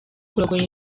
kurogoya